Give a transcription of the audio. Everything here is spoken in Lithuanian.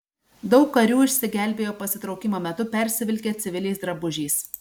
daug karių išsigelbėjo pasitraukimo metu persivilkę civiliais drabužiais